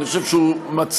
אני חושב שהוא מצריך,